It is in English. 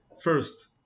first